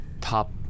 top